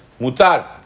Mutar